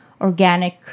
organic